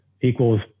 equals